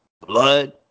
blood